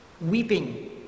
weeping